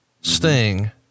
Sting